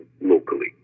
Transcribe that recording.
locally